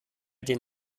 den